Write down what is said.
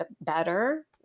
better